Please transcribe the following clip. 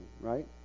right